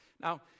Now